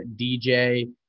DJ